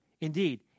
Indeed